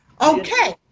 Okay